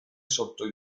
sotto